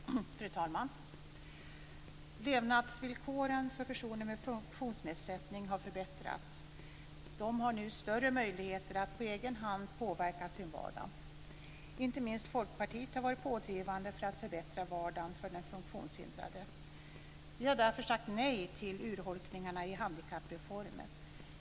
Fru talman! Levnadsvillkoren för personer med funktionsnedsättning har förbättrats. De har nu större möjligheter att på egen hand påverka sin vardag. Inte minst Folkpartiet har varit pådrivande för att förbättra vardagen för den funktionshindrade. Vi har därför sagt nej till urholkningarna i handikappreformen.